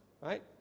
Right